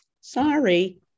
Sorry